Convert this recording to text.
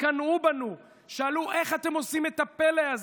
התקנאו בנו, שאלו איך אנחנו עושים את הפלא הזה.